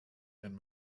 and